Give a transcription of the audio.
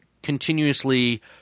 Continuously